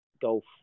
golf